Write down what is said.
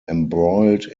embroiled